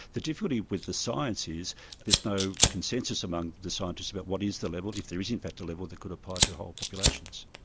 the difficulty with the science is there's no consensus among the scientists about what is the level, if there is in fact a level that could apply to whole populations.